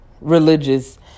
religious